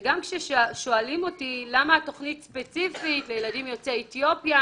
גם כששואלים אותי למה תכנית ספציפית לילדים יוצאי אתיופיה,